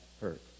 hurt